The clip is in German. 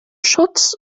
schutz